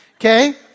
okay